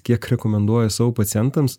kiek rekomenduoju savo pacientams